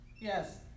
Yes